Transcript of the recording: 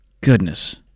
Goodness